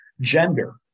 gender